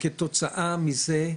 וכתוצאה מזה,